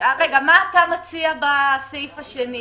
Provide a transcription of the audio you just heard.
מה אתה מציע בסעיף השני?